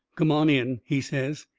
come on in, he says.